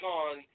on